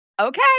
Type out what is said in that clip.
okay